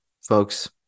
folks